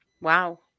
Wow